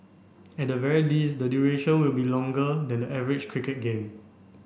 at the very least the duration will be longer than the average cricket game